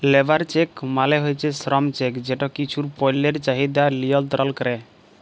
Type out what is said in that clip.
labour চেক মালে শ্রম চেক যেট কিছু পল্যের চাহিদা লিয়লত্রল ক্যরে